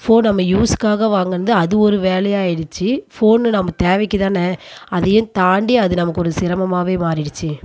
phone நம்ம யூஸ்க்காக வாங்கினது அது ஒரு வேலையாக ஆயிடுச்சி ஃபோன் நம்ம தேவைக்கு தான் அதையும் தாண்டி அது நமக்கு ஒரு சிரமமாகவே மாறிடிச்சு